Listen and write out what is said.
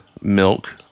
milk